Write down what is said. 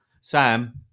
Sam